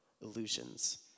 illusions